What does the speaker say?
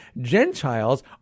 Gentiles